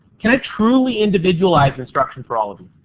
can i truly individualized instruction for all of you?